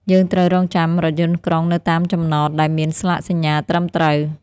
យើងត្រូវរង់ចាំរថយន្តក្រុងនៅតាមចំណតដែលមានស្លាកសញ្ញាត្រឹមត្រូវ។